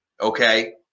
okay